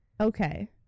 Okay